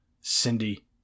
Cindy